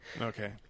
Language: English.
okay